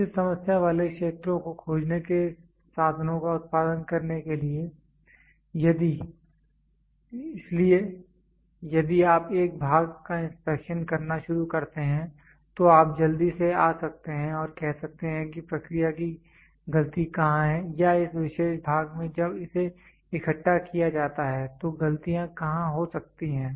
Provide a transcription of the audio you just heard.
उचित समस्या वाले क्षेत्रों को खोजने के साधनों का उत्पादन करने के लिए इसलिए यदि आप एक भाग का इंस्पेक्शन करना शुरू करते हैं तो आप जल्दी से आ सकते हैं और कह सकते हैं कि प्रक्रिया की ग़लती कहाँ है या इस विशेष भाग में जब इसे इकट्ठा किया जाता है तो ग़लतियाँ कहाँ हो सकती हैं